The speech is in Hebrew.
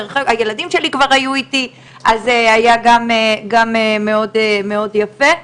הילדים שלי כבר היו איתי אז היה גם מאוד יפה,